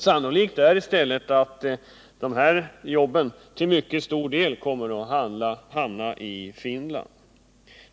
Sannolikt är i stället att de här jobben till mycket stor del kommer att hamna i Finland.